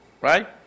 Right